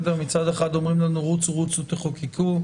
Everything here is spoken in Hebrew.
מצד אחד אומרים לנו, רוצו, תחוקקו.